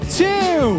two